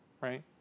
right